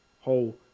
whole